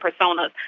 personas